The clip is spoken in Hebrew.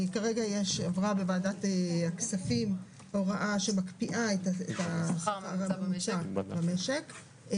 כרגע עברה בוועדת הכספים הוראה שמקפיאה את השכר הממוצע במשק,